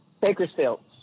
Bakersfield